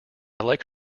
like